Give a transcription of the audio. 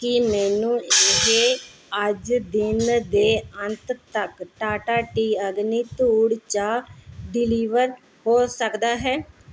ਕੀ ਮੈਨੂੰ ਇਹ ਅੱਜ ਦਿਨ ਦੇ ਅੰਤ ਤੱਕ ਟਾਟਾ ਟੀ ਅਗਨੀ ਧੂੜ ਚਾਹ ਡਿਲੀਵਰ ਹੋ ਸਕਦਾ ਹੈ